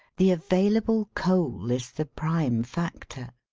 the available coal is the prime factor.